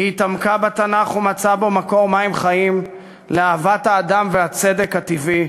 היא התעמקה בתנ"ך ומצאה בו מקור מים חיים לאהבת האדם והצדק הטבעי,